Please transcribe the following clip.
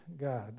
God